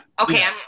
Okay